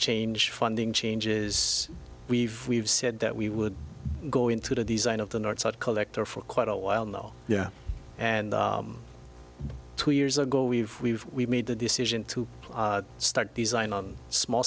change funding changes we've we've said that we would go into the design of the north side collector for quite a while now yeah and two years ago we've we've we've made the decision to start design on small